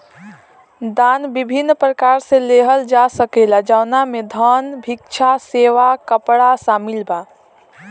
दान विभिन्न प्रकार से लिहल जा सकेला जवना में धन, भिक्षा, सेवा, कपड़ा शामिल बा